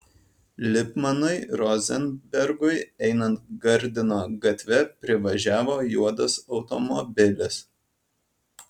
lipmanui rozenbergui einant gardino gatve privažiavo juodas automobilis